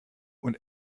und